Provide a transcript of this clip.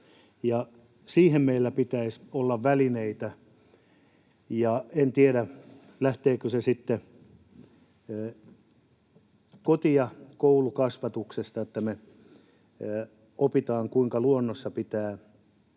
Siihen meillä pitäisi olla välineitä, ja en tiedä, lähteekö se sitten koti- ja koulukasvatuksesta, että me opimme, kuinka luonnossa pitää